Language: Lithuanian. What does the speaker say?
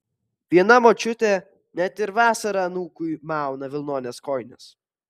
viena močiutė net ir vasarą anūkui mauna vilnones kojines